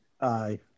Aye